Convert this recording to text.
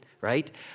right